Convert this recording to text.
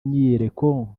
myiyereko